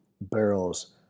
barrels